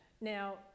Now